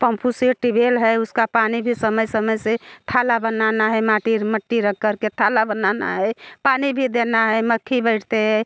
पंफू से टिबेल है उसका पानी भी समय समय से थैला बनाना है माटी मट्टी रख कर के थैला बनाना है पानी भी देना है मक्खी बैठते हैं